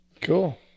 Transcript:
cool